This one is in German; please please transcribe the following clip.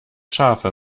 scharfe